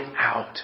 out